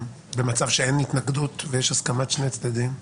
במצב שאין התנגדות ויש הסכמת שני הצדדים?